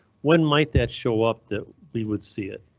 when might that show up that we would see it?